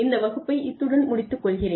இந்த வகுப்பை இத்துடன் முடித்துக் கொள்கிறேன்